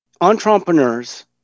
Entrepreneurs